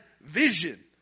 vision